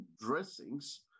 dressings